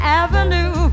avenue